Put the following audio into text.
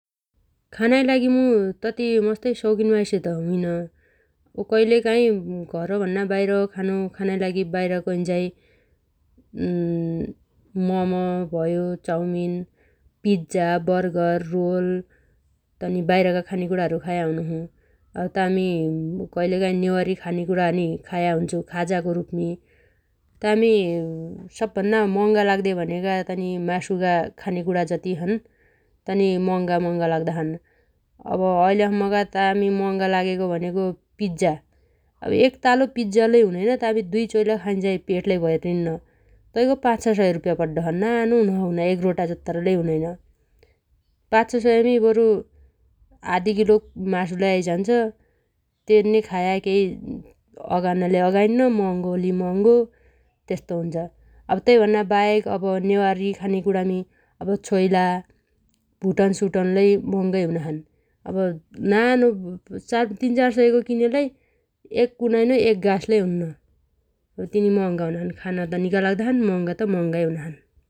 खानाइ लागि मु तती मस्तै सौखिन माइस त हुइन । कइलकाइ घरभन्ना बाइर खानो खानाइ लागि बाइर गइन्झाइ मम भयो चाउमिन, पिज्जा, बर्गर, रोल तनी बाइरगा खानेकुणाहरु खाया हुनोछु । अब तामी कइलकाइ नेवारी खाने कुणा पनि खाया हुन्छु खाजाको रुपमी । तामी सब्भन्ना मह‌गा लाउदे भनेगो तामीगा मासुगा खानेकुणा जति छन् तनी मह‌‌गा-म‌ह‌गा लाउदाछन् । अब ऐलेसम्मगा तामि मह‌गा लागेको भनेगो पिज्जा । अब एकतालो पिज्जा लै हुनैन तामी दुइ चोइला खाइन्झाइ पेट लै भर्रिन्न । तैगो पाच छ सय रुप्प्या पड्डोछ । नानो हुनोछ हुना एक रोटा जत्तरो लै हुनैन । पाच छ सयमी बरु आदी किलो मासु लै आइझान्छ । तन्ने खाया केइ अगानालै अगाइन्न मह‌गो लै मह‌गो त्यस्तो हुन्छ अब तै भन्नाबाहेक अब नेवारी खाने कुणामी अब छोइला भुटन सुटन लै मह‌गै हुनाछन् । अब नाना तीनचार सयगो किने लै एक कुनाइनो एक गास लै हुन्न । तनि मह‌गा हुनाछन् । खाना त निगा लाग्दा छन् मह‌गा त मह‌गाइ हुनाछन् ।